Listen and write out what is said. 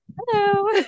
hello